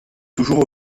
toujours